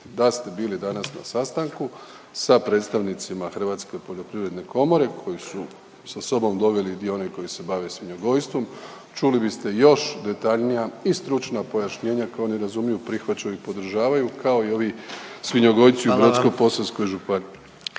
Da ste bili danas na sastanku sa predstavnicima Hrvatske poljoprivredne komore koji su sa sobom doveli i one koji se bave svinjogojstvom čuli biste još detaljnija i stručna pojašnjenja koja ne razumiju, prihvaćaju i podržavaju kao i ovi svinjogojci u Brodsko-posavskoj županiji.